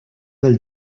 del